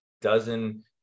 dozen